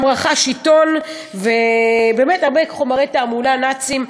הוא גם רכש עיתון, והרבה חומרי תעמולה נאציים.